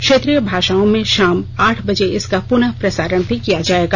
क्षेत्रीय भाषाओं में शाम आठ बजे इसका पुनः प्रसारण भी किया जाएगा